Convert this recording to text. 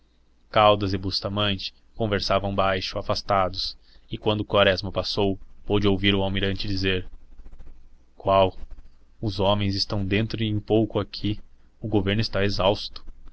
caldas e bustamante conversavam baixo afastados e quando quaresma passou pôde ouvir o almirante dizer qual os homens estão dentro em pouco aqui o governo está exausto